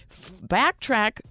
backtrack